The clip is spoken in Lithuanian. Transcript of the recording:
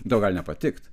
tau gali nepatikt